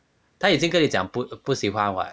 他已经跟你讲不不喜欢 [what]